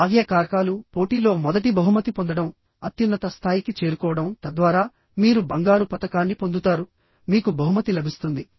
బాహ్య కారకాలు పోటీలో మొదటి బహుమతి పొందడం అత్యున్నత స్థాయికి చేరుకోవడం తద్వారా మీరు బంగారు పతకాన్ని పొందుతారు మీకు బహుమతి లభిస్తుంది